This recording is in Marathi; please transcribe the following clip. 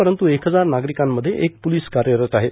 परंतु एक हजार नागरिकांमध्ये एक पोलीस कार्यरत आहे